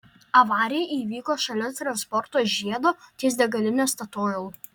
avarija įvyko šalia transporto žiedo ties degaline statoil